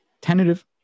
tentative